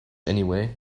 anyway